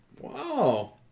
Wow